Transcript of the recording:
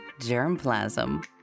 germplasm